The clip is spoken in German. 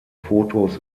fotos